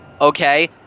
okay